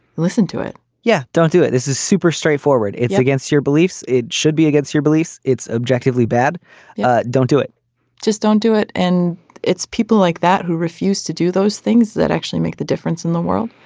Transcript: listen to it yeah. don't do it. this is super straightforward. it's against your beliefs. it should be against your beliefs. it's objectively bad yeah don't do it just don't do it and it's people like that who refuse to do those things that actually make the difference in the world.